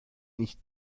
nicht